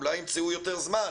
אולי ימצאו יותר זמן